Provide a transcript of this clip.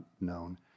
known